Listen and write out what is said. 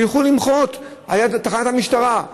שילכו למחות, לתחנת המשטרה.